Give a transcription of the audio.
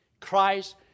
Christ